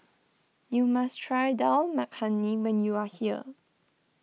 you must try Dal Makhani when you are here